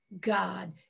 God